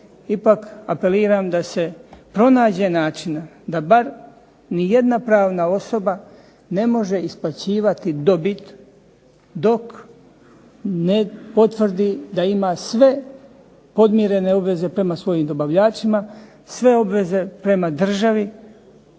Ipak apeliram da se pronađe načina da bar nijedna pravna osoba ne može isplaćivati dobit dok ne potvrdi da ima sve podmirene obveze prema svojim dobavljačima, sve obveze prema državi,